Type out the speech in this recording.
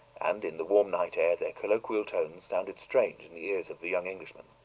and in the warm night air their colloquial tones sounded strange in the ears of the young englishmen.